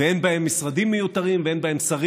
ואין בהן משרדים מיותרים ואין בהן שרים